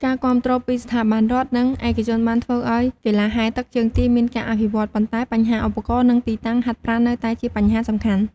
ការគាំទ្រពីស្ថាប័នរដ្ឋ និងឯកជនបានធ្វើឲ្យកីឡាហែលទឹកជើងទាមានការអភិវឌ្ឍ ប៉ុន្តែបញ្ហាឧបករណ៍ និងទីតាំងហាត់ប្រាណនៅតែជាបញ្ហាសំខាន់។